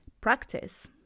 practice